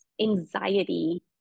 anxiety